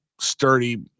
sturdy